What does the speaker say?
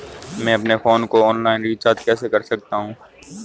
मैं अपने फोन को ऑनलाइन रीचार्ज कैसे कर सकता हूं?